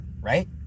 Right